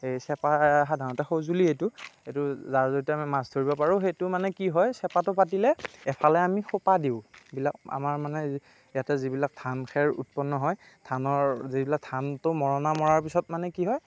সেই চেপা সাধাৰণতে সঁজুলি এইটো এইটো যাৰ জৰিয়তে আমি মাছ ধৰিব পাৰোঁ সেইটো মানে কি হয় এফালে আমি সোপা দিওঁ যিবিলাক আমাৰ মানে ইয়াতে যিবিলাক ধান খেৰ উৎপন্ন হয় ধানৰ ধানটো মৰণা মৰাৰ পিছত মানে কি হয়